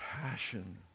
passion